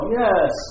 yes